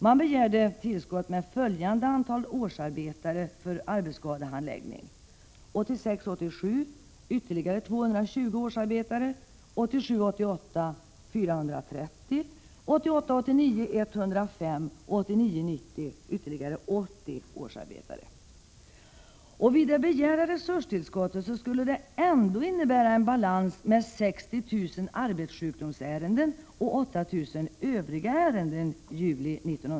Man begärde tillskott med följande antal årsarbetare för arbetsskadehandläggning: för 1986 88 ytterligare 430 årsarbetare, för 1988 90 ytterligare 80 årsarbetare. Vid det begärda resurstillskottet skulle det den 1 juli 1988 ändå vara en balans med 60 000 arbetssjukdomsärenden och 8 000 övriga ärenden.